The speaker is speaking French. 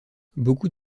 beaucoup